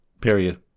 period